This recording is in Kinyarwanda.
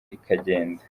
ikagenda